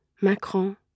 Macron